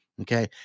okay